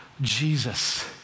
Jesus